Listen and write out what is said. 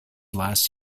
last